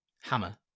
hammer